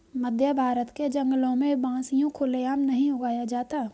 मध्यभारत के जंगलों में बांस यूं खुले आम नहीं उगाया जाता